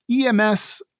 EMS